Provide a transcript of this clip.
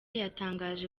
yatangaje